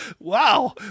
Wow